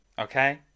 okay